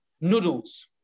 noodles